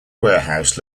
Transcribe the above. warehouse